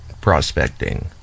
prospecting